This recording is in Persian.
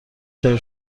شویم